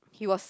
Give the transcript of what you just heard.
he was